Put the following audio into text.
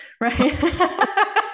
right